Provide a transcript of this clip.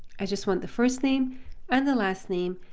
i just want the first name and the last name,